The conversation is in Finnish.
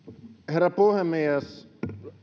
herra puhemies